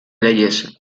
leyes